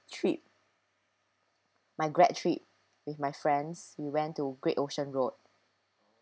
trip my grad trip with my friends we went to great ocean road